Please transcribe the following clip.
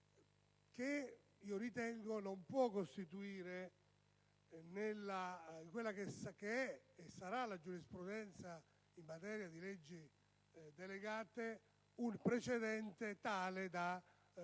che non può costituire, in quella che è e sarà la giurisprudenza in materia di leggi delegate un precedente tale da